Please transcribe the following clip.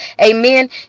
Amen